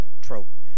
trope